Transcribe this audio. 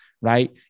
right